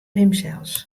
himsels